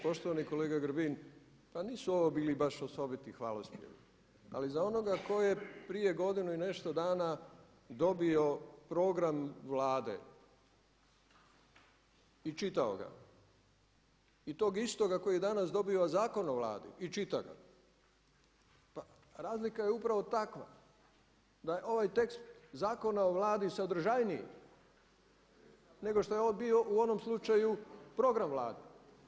Poštovani kolega Grbin, pa nisu ovo bili baš osobiti hvalospjevi ali za onoga tko je prije godinu i nešto dana dobio program Vlade i čitao ga i tog istoga koji je danas dobio Zakon o Vladi i čita ga, pa razlika je upravo takva da je ovaj tekst Zakona o Vladi sadržajniji nego što je on bio u onom slučaju program Vlade.